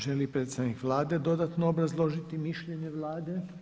Želi li predstavnik Vlade dodatno obrazložiti mišljenje Vlade?